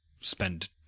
spend